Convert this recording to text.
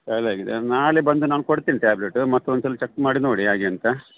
ಖಾಲಿ ಆಗಿದೆ ನಾಳೆ ಬಂದು ನಾನು ಕೊಡ್ತಿನಿ ಟ್ಯಾಬ್ಲೆಟು ಮತ್ತು ಒಂದ್ಸಲಿ ಚಕ್ ಮಾಡಿ ನೋಡಿ ಹೇಗೆ ಅಂತ